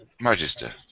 Magister